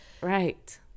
Right